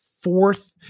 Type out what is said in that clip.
fourth